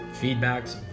feedbacks